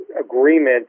agreement